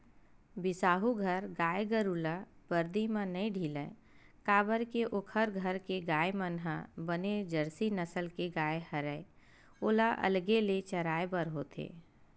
बिसाहू घर गाय गरु ल बरदी म नइ ढिलय काबर के ओखर घर के गाय मन ह बने जरसी नसल के गाय हरय ओला अलगे ले चराय बर होथे